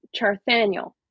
charthaniel